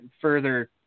further